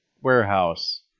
warehouse